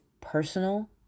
personal